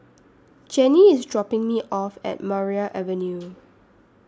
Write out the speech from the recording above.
Jannie IS dropping Me off At Maria Avenue